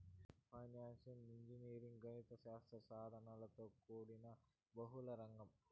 financial engineering గణిత శాస్త్ర సాధనలతో కూడిన బహుళ రంగం